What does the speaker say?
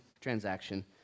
transaction